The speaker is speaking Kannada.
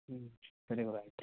ಹ್ಞೂ ಸರಿ ಗುರು ಆಯಿತು